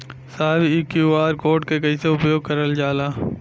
साहब इ QR code के कइसे उपयोग करल जाला?